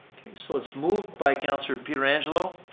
so it's moved by councilor pietrangelo,